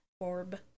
Orb